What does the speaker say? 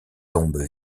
tombe